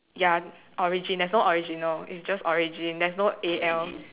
ya origin there's no original it's just origin there's no A L